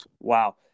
Wow